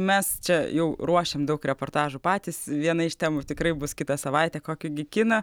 mes čia jau ruošiam daug reportažų patys viena iš temų tikrai bus kitą savaitę kokio gi kiną